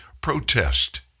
protest